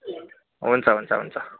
हुन्छ हुन्छ हुन्छ